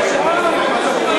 טוב, חברי הכנסת,